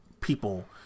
people